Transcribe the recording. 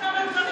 למי לא הבנתי,